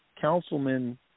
councilman